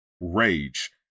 rage